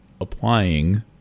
applying